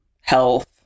health